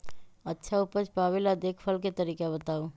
अच्छा उपज पावेला देखभाल के तरीका बताऊ?